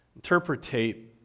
Interpretate